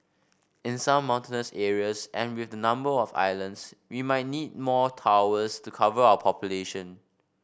in some mountainous areas and with the number of islands we might need more towers to cover our population